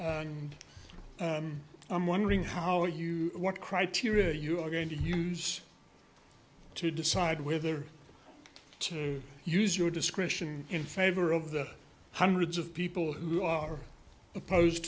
odds i'm wondering how you what criteria you're going to use to decide whether to use your description in favor of the hundreds of people who are opposed